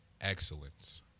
excellence